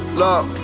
look